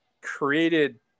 created